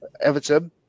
Everton